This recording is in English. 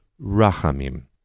Rachamim